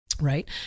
right